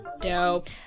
Dope